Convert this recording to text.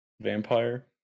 Vampire